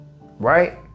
Right